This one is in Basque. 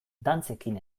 dantzekin